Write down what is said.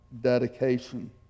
dedication